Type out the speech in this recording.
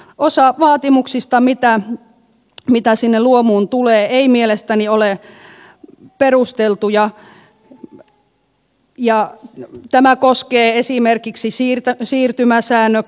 osa vaatimuksista mitä sinne luomuun tulee ei mielestäni ole perusteltuja ja tämä koskee esimerkiksi siirtää siirtymäsäännöt